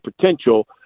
potential